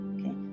Okay